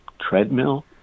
treadmill